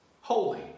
holy